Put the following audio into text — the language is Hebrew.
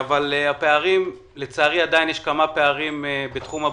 אבל לצערי יש עדיין כמה פערים בתחום הבריאות.